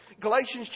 Galatians